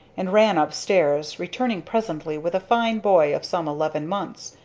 and ran upstairs, returning presently with a fine boy of some eleven months,